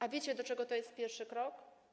A wiecie do czego to jest pierwszy krok?